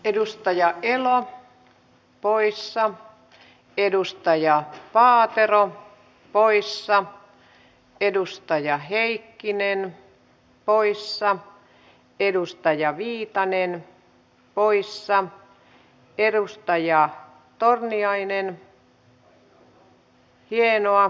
edustaja elo poissa edustaja paatero poissa edustaja heikkinen poissa edustaja viitanen poissa edustaja torniainen hienoa tervetuloa